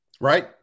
right